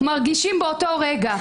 מרגישים באותו רגע.